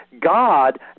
God